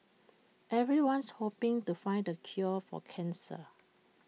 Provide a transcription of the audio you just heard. everyone's hoping to find the cure for cancer